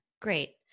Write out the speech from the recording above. great